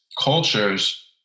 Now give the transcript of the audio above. cultures